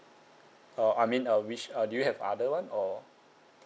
uh I mean uh which uh do you have other one or